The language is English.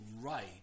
right